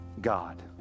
God